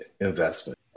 investment